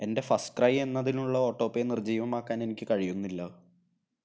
എൻ്റെ ഫസ്റ്റ്ക്രൈ എന്നതിനുള്ള ഓട്ടോപേ നിർജ്ജീവമാക്കാൻ എനിക്ക് കഴിയുന്നില്ല